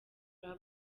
club